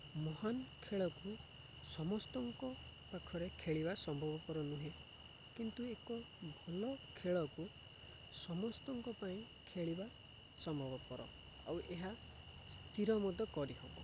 ମହାନ ଖେଳକୁ ସମସ୍ତଙ୍କ ପାଖରେ ଖେଳିବା ସମ୍ଭବପର ନୁହେଁ କିନ୍ତୁ ଏକ ଭଲ ଖେଳକୁ ସମସ୍ତଙ୍କ ପାଇଁ ଖେଳିବା ସମ୍ଭବପର ଆଉ ଏହା ସ୍ଥିର ମତ କରିହେବ